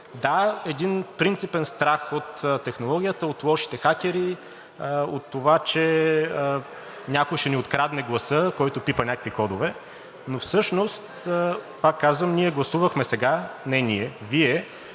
Да, един принципен страх от технологията, от лошите хакери, от това, че някой ще ни открадне гласа, който пипа някакви кодове. Но всъщност, пак казвам, ние гласувахме сега – не ние, Вие